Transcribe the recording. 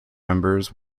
members